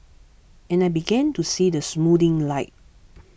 and I began to see the soothing light